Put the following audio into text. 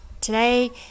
today